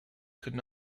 could